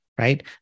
right